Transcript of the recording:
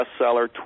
bestseller